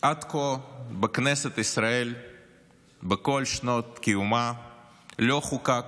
עד כה בכנסת ישראל בכל שנות קיומה לא חוקק